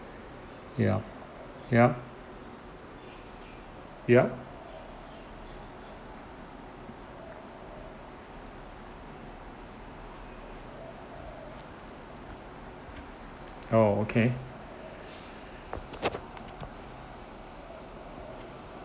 yup yup yup oh okay